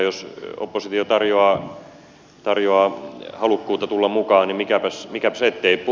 jos oppositio tarjoaa halukkuutta tulla mukaan niin mikäpäs ettei